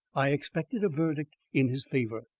i expected a verdict in his favour.